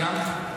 סיימת?